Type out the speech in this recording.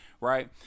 right